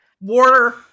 Water